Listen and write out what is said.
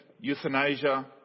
euthanasia